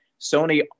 Sony